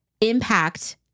impact